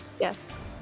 Yes